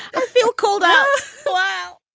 ah feel cold out wow.